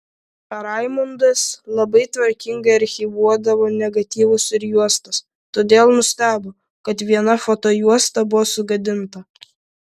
raimundas labai tvarkingai archyvuodavo negatyvus ir juostas todėl nustebo kad viena fotojuosta buvo sugadinta